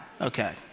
Okay